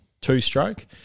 two-stroke